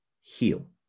heal